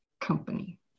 company